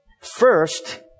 First